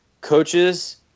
coaches